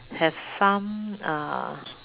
have some uh